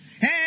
Hey